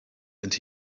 and